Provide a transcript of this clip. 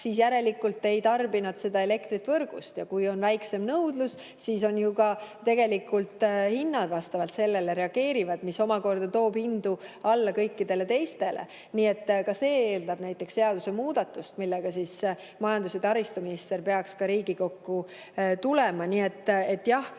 siis järelikult ei tarbi nad elektrit võrgust. Kui on väiksem nõudlus, siis ju hinnad vastavalt sellele reageerivad, mis omakorda toob hindu alla kõikidel teistel. Ka see eeldab näiteks seadusemuudatust, millega majandus‑ ja taristuminister peaks Riigikokku tulema. Nii et jah,